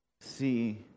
See